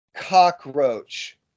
cockroach